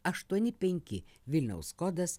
aštuoni penki vilniaus kodas